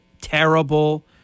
terrible